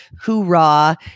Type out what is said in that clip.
hoorah